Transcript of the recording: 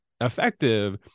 effective